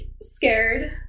scared